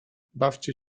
bawcie